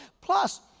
plus